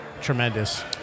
tremendous